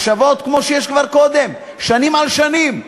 מחשבות כמו שהיו כבר קודם, שנים על שנים.